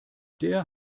der